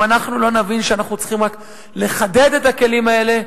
אם אנחנו לא נבין שאנחנו צריכים רק לחדד את הכלים האלה,